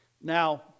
Now